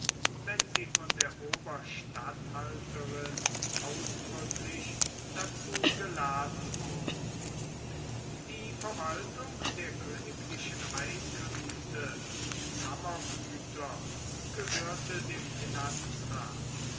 wenn sie von der oberstatthalterin ausdrücklich dazu geladen wurden die verwaltung der königlichen einkünfte und kammergüter gehörte dem